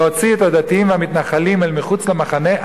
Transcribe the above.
להוציא את הדתיים והמתנחלים אל מחוץ למחנה,